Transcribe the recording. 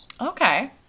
Okay